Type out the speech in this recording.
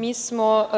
Mi smo